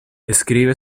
escribe